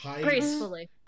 gracefully